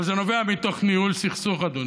אבל זה נובע מתוך ניהול סכסוך, אדוני.